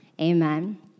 Amen